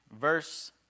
verse